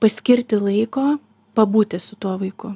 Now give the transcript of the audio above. paskirti laiko pabūti su tuo vaiku